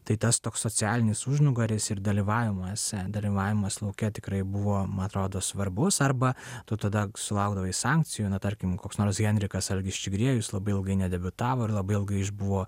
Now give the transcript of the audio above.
tai tas toks socialinis užnugaris ir dalyvavimas dalyvavimas lauke tikrai buvo man atrodo svarbus arba tu tada sulaukdavai sankcijų na tarkim koks nors henrikas algis čigriejus labai ilgai nedebiutavo ir labai ilgai išbuvo